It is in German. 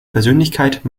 persönlichkeit